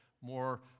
more